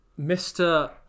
Mr